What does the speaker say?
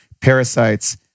parasites